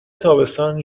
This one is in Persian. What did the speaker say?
تابستان